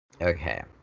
Okay